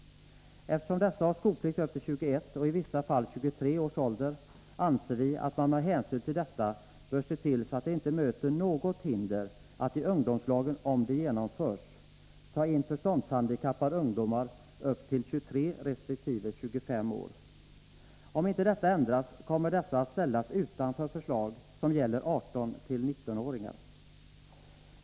Eftersom dessa har skolplikt upp till 21 års ålder — i vissa fall till 23 års ålder — anser vi att man bör se till att det inte möter något hinder att man i ungdomslagen, om det förslaget genomförs, tar in förståndshandikappade ungdomar upp till 23 resp. 25 års ålder. Om inte detta sker kommer dessa ungdomar att ställas utanför förslag som gäller 18-19-åringar.